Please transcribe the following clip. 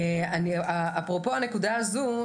אפרופו הנקודה הזו,